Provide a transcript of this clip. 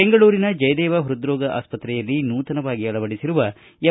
ಬೆಂಗಳೂರಿನ ಜಯದೇವ ಪೃದ್ರೋಗ ಆಸ್ಪತ್ರೆಯಲ್ಲಿ ನೂತನವಾಗಿ ಅಳವಡಿಸಿರುವ ಎಂ